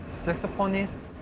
saxophonist.